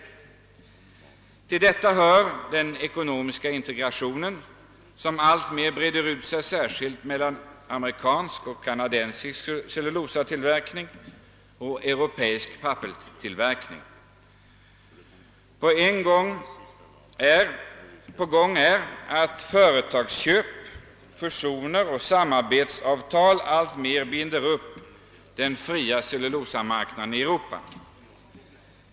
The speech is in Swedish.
Härtill kommer den ekonomiska integrationen som alltmer breder ut sig — särskilt inom amerikansk och kanadensisk cellulosaindustri samt europeisk pappersindustri. Företagsköp, fusioner och samarbetsavtal binder alltmer den fria cellullosamarknaden i Europa.